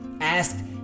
Ask